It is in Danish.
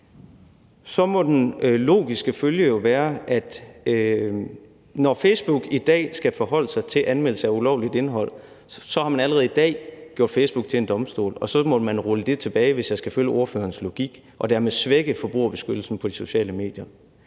så må den logiske følge jo være, at når Facebook i dag skal forholde sig til anmeldelser af ulovligt indhold, så har man allerede i dag gjort Facebook til en domstol, og så måtte man rulle det tilbage, hvis jeg skal følge ordførerens logik, og dermed svække forbrugerbeskyttelsen på de sociale medier.